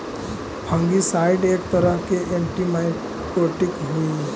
fungicide एक तरह के एंटिमाइकोटिक हई